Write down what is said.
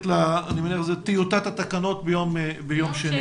אני מניח שנראה את טיוטת התקנות ביום שני.